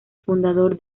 fundador